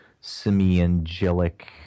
semi-angelic